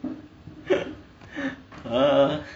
err